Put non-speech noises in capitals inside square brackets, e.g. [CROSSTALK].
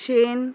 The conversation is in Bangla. [UNINTELLIGIBLE]